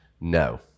no